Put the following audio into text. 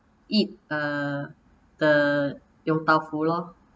eat uh the yong tau foo lor